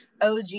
og